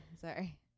sorry